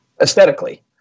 Aesthetically